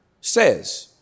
says